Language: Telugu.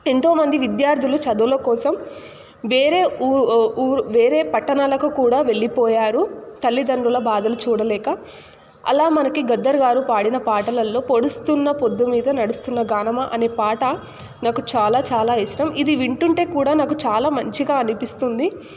ఎంతో మంది విద్యార్థులు చదువుల కోసం వేరే ఊ వేరే పట్టణాలకు కూడా వెళ్ళిపోయారు తల్లిదండ్రుల బాధలు చూడలేక అలా మనకి గద్దర్ గారు పాడిన పాటలల్లో పొడుస్తున్న పొద్దు మీద నడుస్తున్న గానమా అనే పాట నాకు చాలా చాలా ఇష్టం ఇది వింటుంటే కూడా నాకు చాలా మంచిగా అనిపిస్తుంది